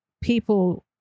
people